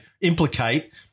implicate